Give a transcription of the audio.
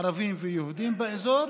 ערבים ויהודים באזור,